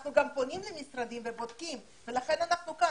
אנחנו גם פונים למשרדים ובודקים ולכן אנחנו כאן.